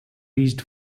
reached